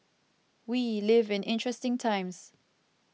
we live in interesting times